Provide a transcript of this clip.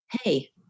hey